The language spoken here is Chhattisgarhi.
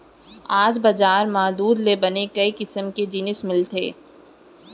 आज बजार म दूद ले बने कई किसम के जिनिस मिलथे